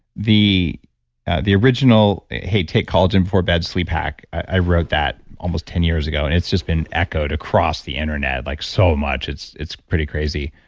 the the original hey, take collagen before bed sleep pack, i wrote that almost ten years ago and it's just been echoed across the internet like so much. it's it's pretty crazy.